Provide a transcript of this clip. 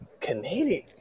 Canadian